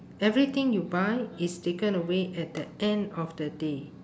everything you buy is taken away at the end of the day